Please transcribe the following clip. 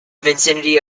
vicinity